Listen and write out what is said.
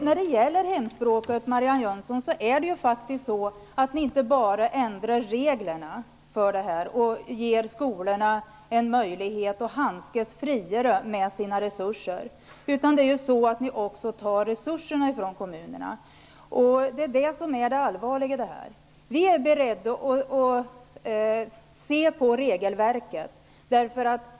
Ni ändrar inte enbart reglerna och ger skolorna en möjlighet att handskas friare med sina resurser när det gäller hemspråket, Marianne Jönsson, utan ni tar också resurserna från kommunerna. Det är det allvarliga i situationen. Vi socialdemokrater är beredda att se över regelverket.